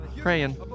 praying